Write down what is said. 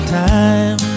time